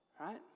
right